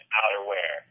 outerwear